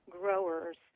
growers